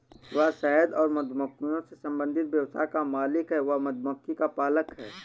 वह शहद और मधुमक्खियों से संबंधित व्यवसाय का मालिक है, वह एक मधुमक्खी पालक है